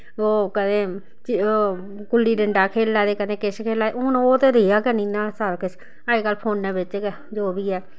ओह् कदैं ओह् गुल्ली डंडा खेल्ला दे कदैं किश खेल्ला दे हून ओह् ते रेहा गै निं ना सारा किश अजकल्ल फोनै बिच्च गै ऐ जो बी ऐ